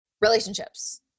relationships